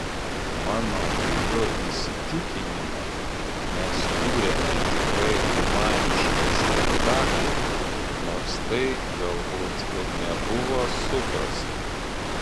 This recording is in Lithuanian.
mano giliu įsitikinimu mes kūrėme tikrai humanišką spektaklį nors tai galbūt ir nebuvo suprasta